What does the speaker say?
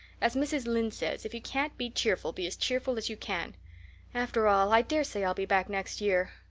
as mrs. lynde says, if you can't be cheerful, be as cheerful as you can after all, i dare say i'll be back next year.